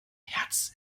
herz